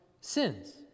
sins